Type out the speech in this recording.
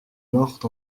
morte